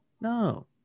No